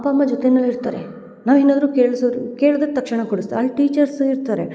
ಅಪ್ಪ ಅಮ್ಮ ಜೊತೆನಲ್ಲಿ ಇರ್ತಾರೆ ನಾವೇನಾದರು ಕೇಳ್ಸುದು ಕೇಳಿದ ತಕ್ಷಣ ಕೊಡಿಸ್ತಾರೆ ಅಲ್ಲಿ ಟೀಚರ್ಸ್ ಇರ್ತಾರೆ